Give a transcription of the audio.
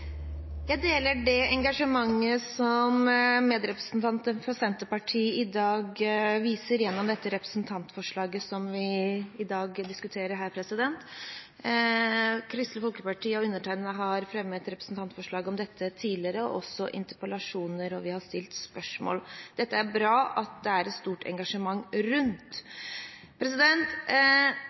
Jeg deler det engasjementet som medrepresentanten fra Senterpartiet viser gjennom representantforslaget som vi i dag diskuterer. Kristelig Folkeparti og undertegnede har fremmet representantforslag om dette tidligere, og også interpellasjoner, og vi har stilt spørsmål. Det er bra at det er et stort engasjement rundt